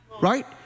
right